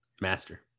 Master